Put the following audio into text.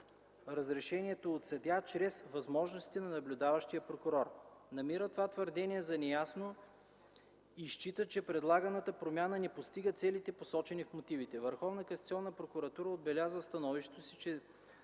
(разрешението от съдия) чрез „възможностите на наблюдаващия прокурор”. Намира това твърдение за неясно и счита, че предлаганата промяна не постига целите, посочени в мотивите. Върховната касационна прокуратура отбелязва в становището си, че